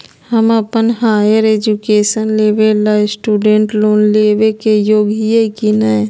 हम अप्पन higher education लेबे ला स्टूडेंट लोन लेबे के योग्य हियै की नय?